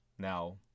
now